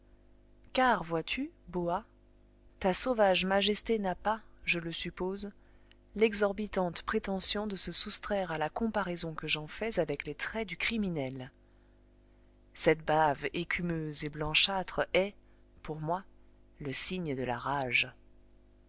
car vois-tu boa ta sauvage majesté n'a pas je le suppose l'exorbitante prétention de se soustraire à la comparaison que j'en fais avec les traits du criminel cette bave écumeuse et blanchâtre est pour moi le signe de la rage